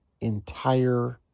entire